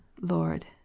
Lord